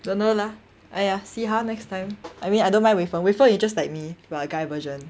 don't know lah !aiya! see how next time I mean I don't mind wei feng wei feng is just like me but a guy version